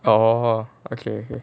orh okay okay